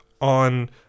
on